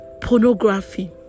pornography